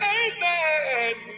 amen